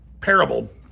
parable